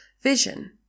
vision